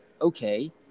okay